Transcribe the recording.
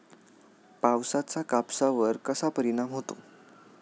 पावसाचा कापसावर कसा परिणाम होतो?